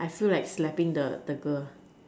I feel like slapping the the girl